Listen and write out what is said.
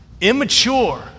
immature